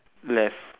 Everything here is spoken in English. left